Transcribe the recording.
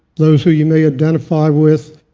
those who you may identify with,